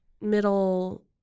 middle